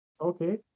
Okay